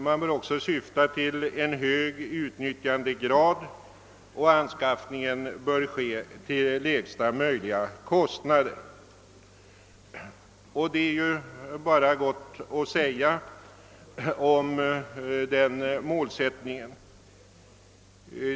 Man bör också syfta till en hög utnyttjandegrad, och anskaffningen bör göras till lägsta möjliga kostnader. — Det är bara gott att säga om den målsättningen.